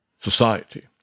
society